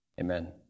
amen